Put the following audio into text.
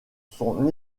son